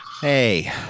Hey